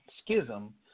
schism